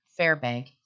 Fairbank